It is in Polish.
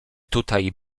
tutaj